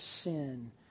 sin